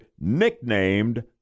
nicknamed